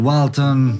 Walton